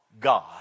God